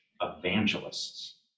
evangelists